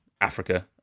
Africa